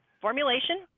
Formulation